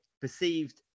perceived